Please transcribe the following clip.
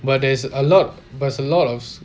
but there's a lot there's a lot of